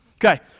Okay